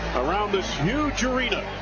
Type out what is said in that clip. around this huge arena,